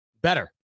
better